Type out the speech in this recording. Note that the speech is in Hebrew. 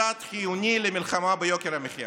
צעד חיוני למלחמה ביוקר המחיה.